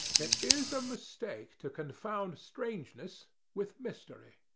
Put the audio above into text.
it is a mistake to confound strangeness with mystery.